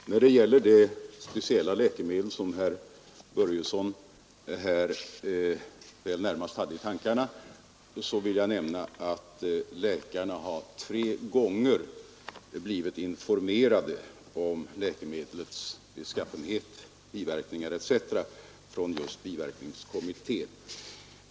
Herr talman! Beträffande det speciella läkemedel som herr Börjesson i Falköping väl närmast har i tankarna vill jag nämna att läkarna tre gånger har blivit informerade av biverkningskommittén om läkemedlets beskaffenhet och biverkningar m, m,.